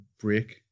break